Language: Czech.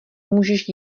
můžeš